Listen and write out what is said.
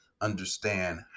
understand